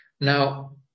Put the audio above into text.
Now